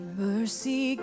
mercy